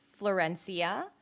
florencia